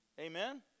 Amen